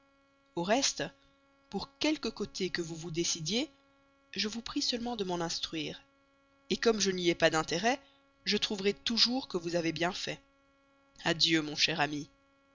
au reste pour quelque côté que vous vous décidiez je vous prie seulement de m'en instruire comme je n'y ai pas d'intérêt je trouverai toujours que vous avez bien fait adieu mon cher ami